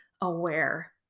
aware